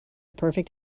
perfect